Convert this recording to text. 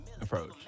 approach